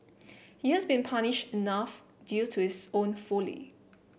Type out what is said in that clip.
he has been punished enough due to his own folly